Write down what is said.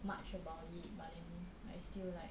much about it but then I still like